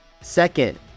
Second